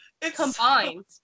combined